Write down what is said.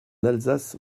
alsace